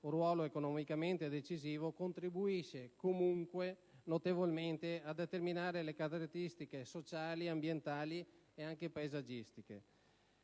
un ruolo economicamente decisivo, contribuisce, comunque, notevolmente a determinare le caratteristiche sociali, ambientali e paesaggistiche.